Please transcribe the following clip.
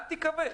אל תקווה,